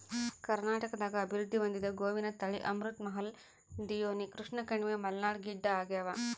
ಕರ್ನಾಟಕದಾಗ ಅಭಿವೃದ್ಧಿ ಹೊಂದಿದ ಗೋವಿನ ತಳಿ ಅಮೃತ್ ಮಹಲ್ ಡಿಯೋನಿ ಕೃಷ್ಣಕಣಿವೆ ಮಲ್ನಾಡ್ ಗಿಡ್ಡಆಗ್ಯಾವ